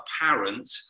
apparent